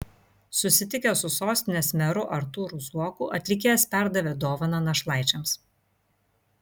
susitikęs su sostinės meru artūru zuoku atlikėjas perdavė dovaną našlaičiams